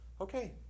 okay